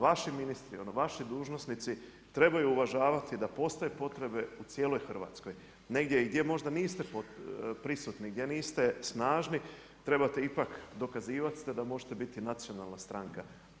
Vaši ministri, vaši dužnosnici trebaju uvažavati da postoje potrebe u cijeloj Hrvatskoj negdje i gdje možda i niste prisutni, gdje niste snažni trebate ipak dokazivat se da možete biti nacionalna stranka.